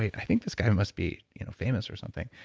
i think this guy must be you know famous or something.